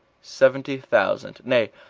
seventy thousand. nay,